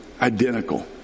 identical